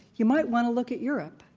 you might want to look at europe.